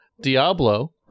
Diablo